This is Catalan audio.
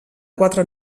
quatre